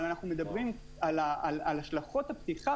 אבל אנחנו מדברים על השלכות הפתיחה,